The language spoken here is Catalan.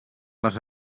les